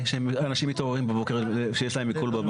שאנשים מתעוררים בבוקר כשיש להם עיקול בבנק.